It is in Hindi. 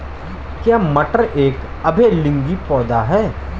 क्या मटर एक उभयलिंगी पौधा है?